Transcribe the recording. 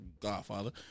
Godfather